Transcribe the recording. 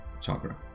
chakra